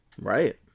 Right